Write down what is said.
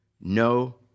no